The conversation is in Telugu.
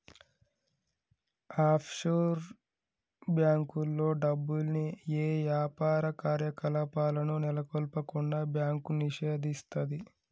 ఆఫ్షోర్ బ్యేంకుల్లో డబ్బుల్ని యే యాపార కార్యకలాపాలను నెలకొల్పకుండా బ్యాంకు నిషేధిస్తది